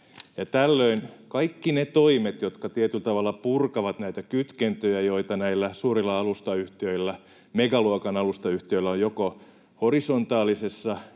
Tällöin kaikki ne toimet, jotka tietyllä tavalla purkavat näitä kytkentöjä, joita näillä suurilla alustayhtiöillä, megaluokan alustayhtiöillä, on — joko horisontaalisessa